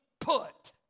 put